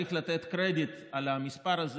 צריך לתת קרדיט על המספר הזה.